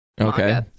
Okay